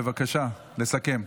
בבקשה, לסכם.